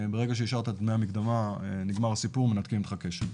ברגע שהשארת את דמי המקדמה נגמר הסיפור מנתקים איתך קשר.